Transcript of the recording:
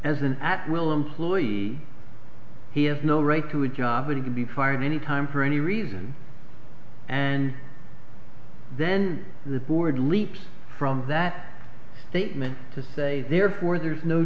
as an at will employee he has no right to a job or to be fired any time for any reason and then the board leaps from that statement to say therefore there's no